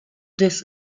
des